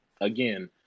Again